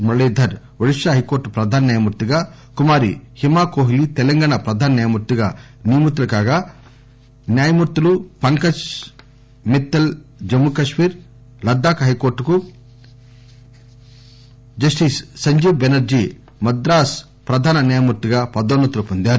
Muralidhar Odisha high court ప్రధాన న్యాయమూర్తిగా కుమారి హిమా కోహ్లి తెలంగాణ ప్రధాన న్యాయమూర్తిగా నియమితులు కాగా న్యాయ మూర్తులు పంకజ్ మిత్తల్ జమ్ముకశ్మీర్ లద్దాక్ హైకోర్టుకు జస్టిస్ సంజీట్ బెనర్టీ మద్రాస్ ప్రధాన న్యాయమూర్తిగా పదోన్నతులు పొందారు